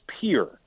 peer